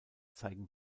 zeigen